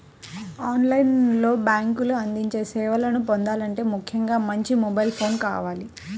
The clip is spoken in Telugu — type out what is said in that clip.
ఆన్ లైన్ లో బ్యేంకులు అందించే సేవలను పొందాలంటే ముఖ్యంగా మంచి మొబైల్ ఫోన్ కావాలి